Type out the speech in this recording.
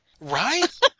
Right